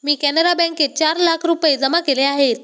मी कॅनरा बँकेत चार लाख रुपये जमा केले आहेत